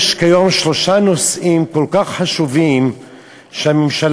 יש כיום שלושה נושאים כל כך חשובים שהממשלה